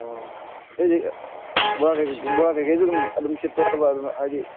ꯑꯣ ꯑꯇꯩꯗꯤ ꯕꯣꯔꯥ ꯀꯩꯀꯩꯁꯨ ꯑꯗꯨꯝ ꯑꯗꯨꯝ ꯁꯤꯠꯄ꯭ꯔꯥꯕ ꯑꯗꯨꯝ ꯍꯥꯏꯗꯤ